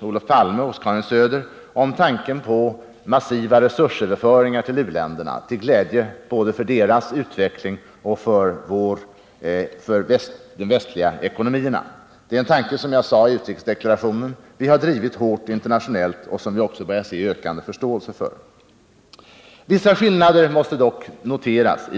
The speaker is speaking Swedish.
både Olof Palme och Karin Söder för tanken på massiva resursöverföringar till u-länderna, till glädje både för deras utveckling och för de västliga ekonomierna. Såsom jag sade i utrikesdeklarationen är det en tanke som vi har drivit hårt internationellt och som börjat möta ökande förståelse. Vissa skillnader i debatten måste dock noteras.